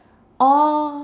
or